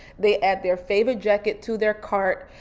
they add their favorite jacket to their cart.